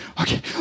Okay